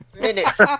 Minutes